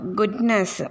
goodness